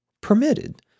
permitted